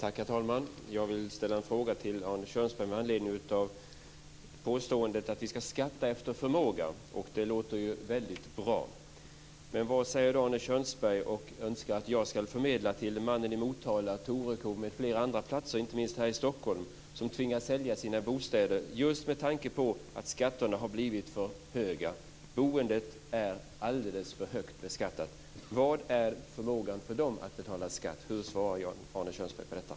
Herr talman! Jag vill ställa en fråga till Arne Kjörnsberg med anledning av påståendet att vi ska skatta efter förmåga. Det låter ju väldigt bra. Men vad säger Arne Kjörnsberg och önskar att jag ska förmedla till mannen i Motala, Torekov m.fl. platser, inte minst här i Stockholm, som tvingas sälja sin bostad just därför att skatterna har blivit för höga? Boendet är alldeles för högt beskattat. Vad är förmågan för dem att betala skatt? Vad svarar Arne Kjörnsberg på detta?